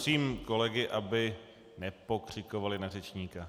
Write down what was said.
Prosím kolegy, aby nepokřikovali na řečníka.